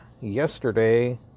yesterday